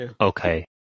Okay